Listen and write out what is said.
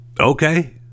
okay